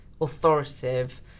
authoritative